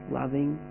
loving